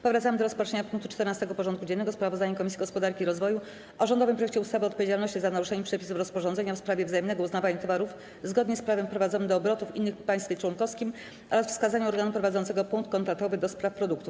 Powracamy do rozpatrzenia punktu 14. porządku dziennego: Sprawozdanie Komisji Gospodarki i Rozwoju o rządowym projekcie ustawy o odpowiedzialności za naruszenie przepisów rozporządzenia w sprawie wzajemnego uznawania towarów zgodnie z prawem wprowadzonych do obrotu w innym państwie członkowskim oraz wskazaniu organu prowadzącego punkt kontaktowy do spraw produktów.